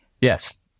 Yes